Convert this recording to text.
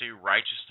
righteousness